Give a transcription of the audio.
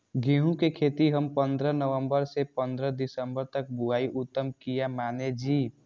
गेहूं के खेती हम पंद्रह नवम्बर से पंद्रह दिसम्बर तक बुआई उत्तम किया माने जी?